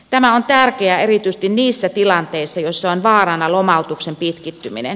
tämä on tärkeää erityisesti niissä tilanteissa joissa on vaarana lomautuksen pitkittyminen